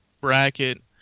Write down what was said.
bracket